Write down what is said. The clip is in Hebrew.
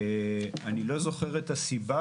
אני לא זוכר את הסיבה